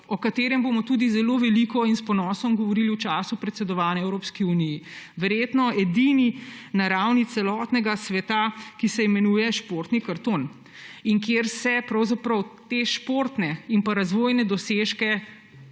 o katerem bomo tudi zelo veliko in s ponosom govorili v času predsedovanja Evropski uniji. Verjetno je edini na ravni celotnega sveta, imenuje se športni karton, kjer se športne in razvojne dosežke